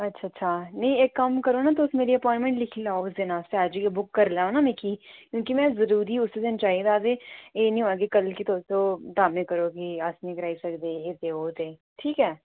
अच्छा अच्छा इक्क कम्म करो ना तुस मेरी अपाइंटमेंट लिखी लैओ तुस अज्ज गै बुक करी लैओ ना मिगी की में जरूरी उस दिन चाहिदा ते एह् निं होऐ की कल गी तुस आक्खो की अस निं जाई सकदे एह् ते ओह् ठीक ऐ